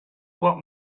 what